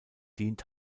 dient